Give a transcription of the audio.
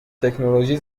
تکنولوژی